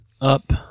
up